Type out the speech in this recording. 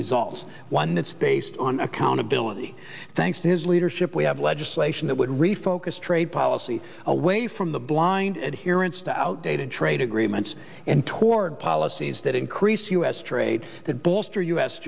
results one that's based on accountability thanks to his leadership we have legislation that would refocus trade policy away from the blind adherence to outdated trade agreements and toward policies that increase u s trade that bolster u